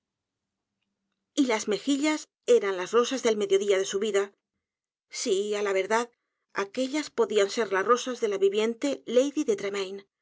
y las mejillas eran las rosas del mediodía de su vida sí á la verdad aquellas podían ser las rosas de la viviente lady de